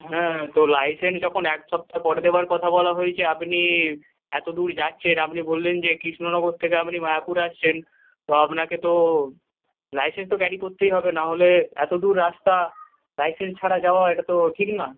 হ্যাঁ তো লাইসেন্স যখন এক সপ্তাহ পরে দেওয়ার কথা বলা হয়েছে আপনি এত দূর যাচ্ছেন আপনি বললেন যে কৃষ্ণনগর থেকে আপনি মায়াপুর আসছেন তো আপনাকে তো লাইসেন্স তো ক্যারি করতেই হবে না হলে এত দূর রাস্তা লাইসেন্স ছাড়া যাওয়া এটা তো ঠিক না